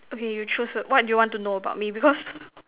okay you choose ah what do you want to know about me because